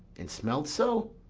and smelt so?